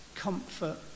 Comfort